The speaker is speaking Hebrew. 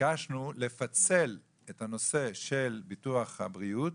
ביקשנו לפצל את הנושא של ביטוח הבריאות,